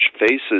faces